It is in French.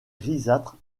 grisâtre